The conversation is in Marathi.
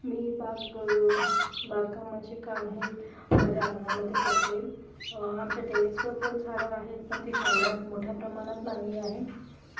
मी बाग बागकामाचे काम हे माझ्या अंगणामध्ये करते आमच्या टेरेसवर पण झाडं आहेत पण ती तेवढ्या मोठ्या प्रमाणात नाही आहे